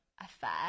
affair